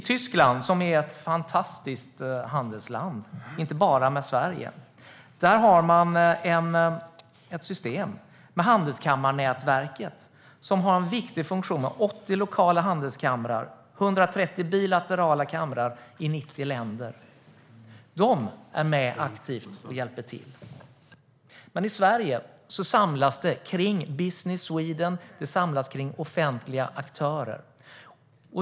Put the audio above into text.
Tyskland, som är ett fantastiskt handelsland, inte bara med Sverige, har ett system med handelskammarnätverk som har en viktig funktion. Det är 80 lokala handelskamrar och 130 bilaterala kamrar i 90 länder som aktivt är med och hjälper till. Men i Sverige samlas det kring Business Sweden och det samlas kring offentliga aktörer.